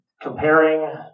comparing